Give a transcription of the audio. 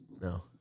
No